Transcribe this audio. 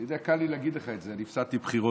אתה יודע, קל לי להגיד לך את זה, הפסדתי בבחירות,